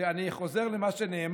אני חוזר על מה שנאמר: